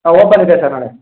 ಹಾಂ ಓಪನ್ ಇದೆ ಸರ್ ನಾಳೆ